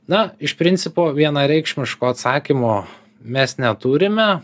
na iš principo vienareikšmiško atsakymo mes neturime